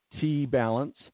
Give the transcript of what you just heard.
T-Balance